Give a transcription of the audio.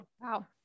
wow